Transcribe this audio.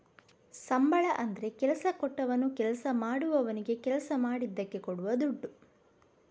ಸಂಬಳ ಅಂದ್ರೆ ಕೆಲಸ ಕೊಟ್ಟವನು ಕೆಲಸ ಮಾಡುವವನಿಗೆ ಕೆಲಸ ಮಾಡಿದ್ದಕ್ಕೆ ಕೊಡುವ ದುಡ್ಡು